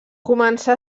començà